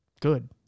good